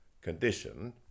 condition